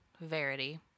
Verity